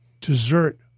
dessert